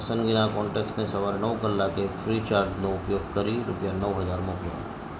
પસંદગીના કોન્ટેક્ટસને સવારે નવ કલાકે ફ્રી ચાર્જ નો ઉપયોગ કરી રૂપિયા નવ હજાર મોકલો